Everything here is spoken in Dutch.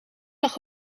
lag